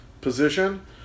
position